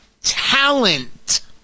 talent